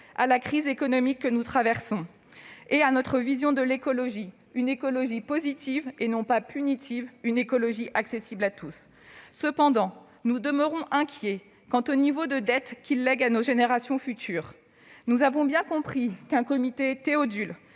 à la crise économique que nous traversons. Il est également conforme à notre vision de l'écologie : une écologie positive, et non pas punitive, une écologie accessible à tous. Cependant, nous demeurons inquiets quant au niveau de dette qu'il lègue aux générations futures. Nous avons bien compris qu'un comité Théodule